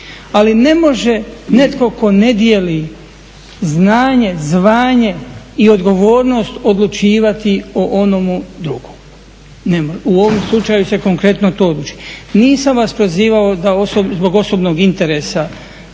Ali ne može netko tko ne dijeli znanje, zvanje i odgovornost odlučivati o onomu drugom. U ovom slučaju se konkretno to odlučuje. Nisam vas prozivao zbog interesa